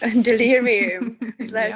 delirium